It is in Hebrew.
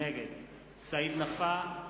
נגד סעיד נפאע,